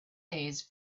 days